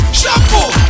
shampoo